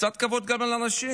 קצת כבוד גם לאנשים.